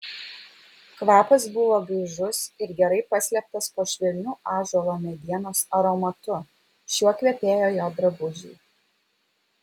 kvapas buvo gaižus ir gerai paslėptas po švelniu ąžuolo medienos aromatu šiuo kvepėjo jo drabužiai